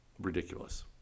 ridiculous